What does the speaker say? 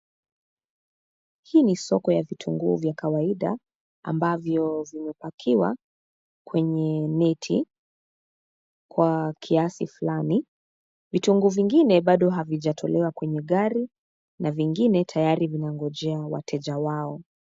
Hii ni soko la vitunguu vya kawaida ambavyo vimepakiwa kwenye neti kwa kiasi fulani. Vitunguu vingine bado havijatolewa kwenye gari na vingine tayari vinangojea wateja wao.